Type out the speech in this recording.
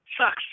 sucks